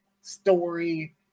story